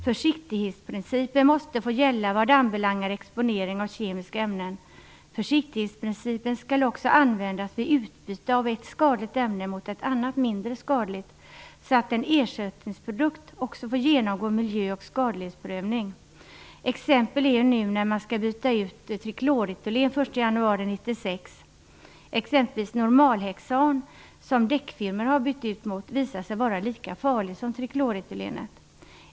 Försiktighetsprincipen måste få gälla vad anbelangar exponering av kemiska ämnen. Försiktighetsprincipen skall också användas vid utbyte av ett skadligt ämne mot ett annat mindre skadligt, så att en ersättningsprodukt får genomgå miljö och skadlighetsprövning. Exempel på detta är när trikloretylen skall bytas ut fr.o.m. januari 1996. Normalhexan, som däcksfirmor bytt till, har visat sig vara lika farligt som trikloretylen.